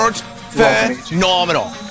phenomenal